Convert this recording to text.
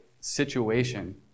situation